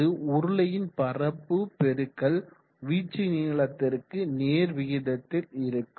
அது உருளையின் பரப்பு பெருக்கல் வீச்சு நீளத்திற்கு நேர் விகிதத்தில் இருக்கும்